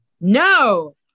No